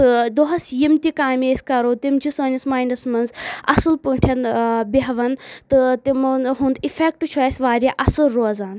تہٕ دوہس یم تہِ کامہِ أسۍ کرَو تم چھ سٲنس ماینڈس منٛز اصل پاٹھۍ بیہوان تہٕ تمَن ہُند افیکٹ چھُ اسہِ واریاہ اصل روزان